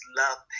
love